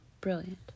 Brilliant